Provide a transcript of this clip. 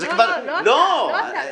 לא אתה.